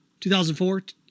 2004